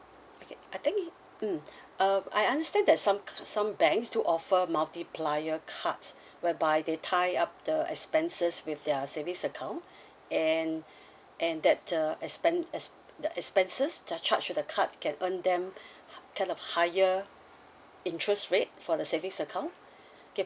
okay I think mm uh I understand that some some banks do offer multiplier cards whereby they tied up the expenses with their savings account and and that the expen~ ex~ the expenses charge to the card can earn them kind of higher interest rate for the savings account okay